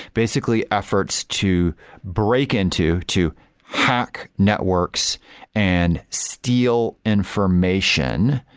basically efforts to break into to hack networks and steal information,